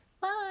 Bye